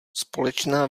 společná